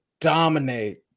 dominate